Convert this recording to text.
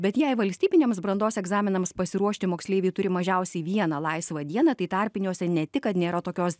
bet jei valstybiniams brandos egzaminams pasiruošti moksleiviai turi mažiausiai vieną laisvą dieną tai tarpiniuose ne tik kad nėra tokios